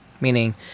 meaning